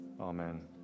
Amen